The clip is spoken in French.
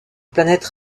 planète